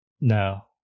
No